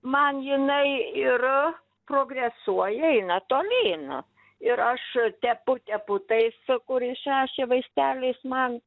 man jinai ir progresuoja eina tolyn ir aš tepu tepu tais kur išrašė vaisteliais man